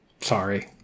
Sorry